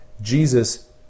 Jesus